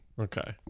Okay